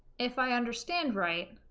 if i understand right